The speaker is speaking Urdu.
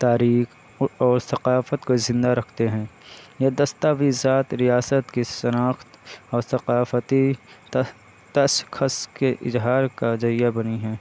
تاریخ اور ثقافت کو زندہ رکھتے ہیں یہ دستاویزات ریاست کی شناخت اور ثقافتی تخصص کے اظہار کا ذریعہ بنی ہیں